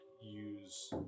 use